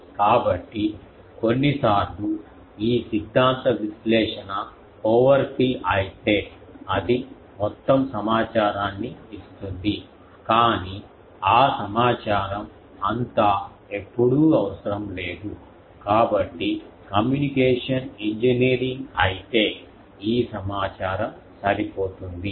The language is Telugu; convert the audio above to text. కాబట్టి కొన్నిసార్లు ఈ సిద్ధాంత విశ్లేషణ ఓవర్ కిల్ అయితే అది మొత్తం సమాచారాన్ని ఇస్తుంది కాని ఆ సమాచారం అంతా ఎప్పుడూ అవసరం లేదు కాబట్టి కమ్యూనికేషన్ ఇంజనీరింగ్ అయితే ఈ సమాచారం సరిపోతుంది